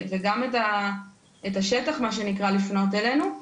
וגם את השטח מה שנקרא לפנות אלינו.